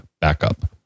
backup